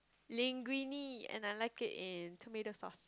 linguine and I like it in tomato sauce